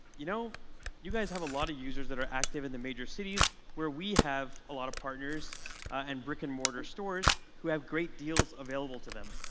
you know you guys guys have a lot of users that are active in the major cities where we have a lot of partners and brick and mortar stores who have great deals available to them.